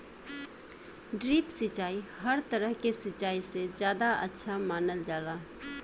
drip सिंचाई हर तरह के सिचाई से ज्यादा अच्छा मानल जाला